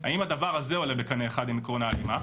האם הדבר הזה עולה בקנה אחד עם עיקרון ההלימה?